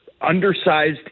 undersized